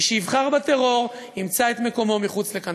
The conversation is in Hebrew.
מי שיבחר בטרור, ימצא את מקומו מחוץ לכאן.